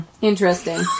interesting